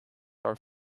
are